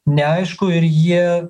neaišku ir jie